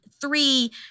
three